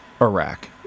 Iraq